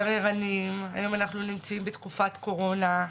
תראה, היום אנחנו נמצאים בתקופת קורונה,